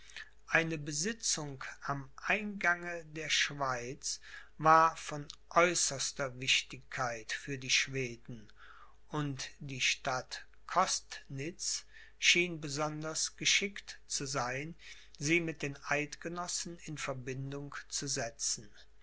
eine besitzung am eingange der schweiz war von äußerster wichtigkeit für die schweden und die stadt kostnitz schien besonders geschickt zu sein sie mit den eidgenossen in verbindung zu setzen